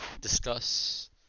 discuss